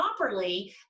properly